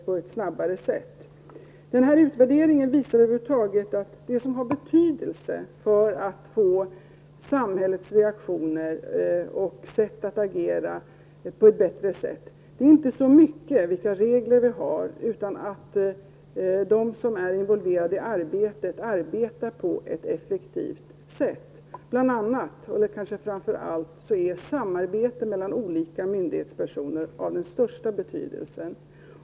Denna utvärdering visar att det som har betydelse för samhällets reaktioner och möjligheter att agera på ett bättre sätt är inte så mycket vilka regler vi har, utan att de som är involverade i arbetet arbetar på ett effektivt sätt. Bl.a. är samarbete mellan olika myndighetspersoner av den största betydelse.